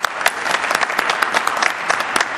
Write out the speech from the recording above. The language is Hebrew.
(מחיאות כפיים)